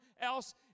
else